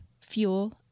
fuel